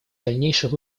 дальнейших